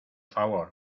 favor